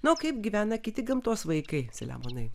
nu o kaip gyvena kiti gamtos vaikai selemonai